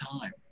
time